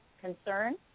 concern